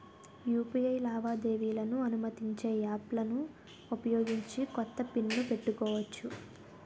UPI లావాదేవీలను అనుమతించే యాప్లలను ఉపయోగించి కొత్త పిన్ ను పెట్టుకోవచ్చు